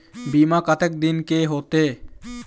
बीमा कतक दिन के होते?